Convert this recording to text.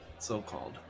so-called